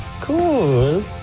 Cool